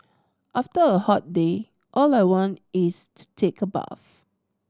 after a hot day all I want is to take a bath